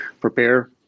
prepare